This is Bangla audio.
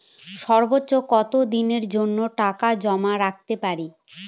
সর্বোচ্চ কত দিনের জন্য টাকা জমা রাখতে পারি?